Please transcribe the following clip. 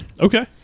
Okay